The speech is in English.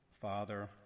Father